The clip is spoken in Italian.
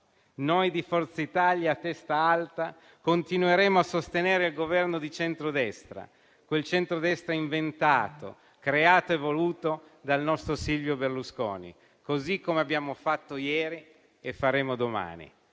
Noi di Forza Italia a testa alta continueremo a sostenere il Governo di centrodestra, quel centrodestra inventato, creato e voluto dal nostro Silvio Berlusconi, così come abbiamo fatto ieri e faremo domani.